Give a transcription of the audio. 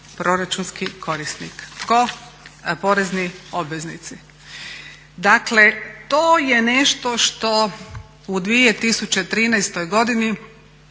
Proračunski korisnik. Tko? Poreznici obveznici. Dakle, to je nešto što u 2013. godini